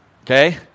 Okay